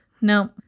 no